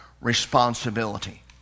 responsibility